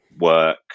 work